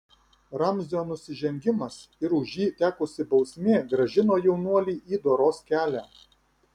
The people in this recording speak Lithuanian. ramzio nusižengimas ir už jį tekusi bausmė grąžino jaunuolį į doros kelią